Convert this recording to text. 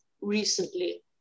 recently